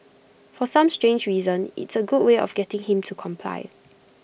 for some strange reason it's A good way of getting him to comply